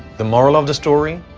the moral of the story?